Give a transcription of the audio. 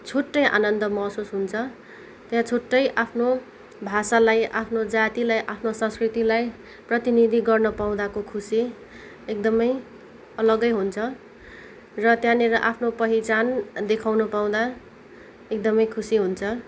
छुट्टै आनन्द महसुस हुन्छ त्यहाँ छुट्टै आफ्नो भाषालाई आफ्नो जातिलाई आफ्नो संस्कृतिलाई प्रतिनिधि गर्नुपाउँदाको खुसी एकदमै अलगै हुन्छ र त्यहाँनिर आफ्नो पहिचान देखाउनु पाउँदा एकदमै खुसी हुन्छ